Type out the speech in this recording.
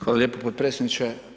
Hvala lijepa potpredsjedniče.